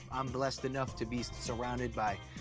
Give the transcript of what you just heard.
i'm blessed enough to be surrounded by,